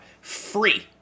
free